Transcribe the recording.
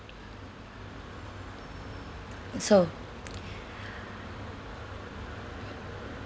so